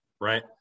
right